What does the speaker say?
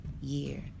year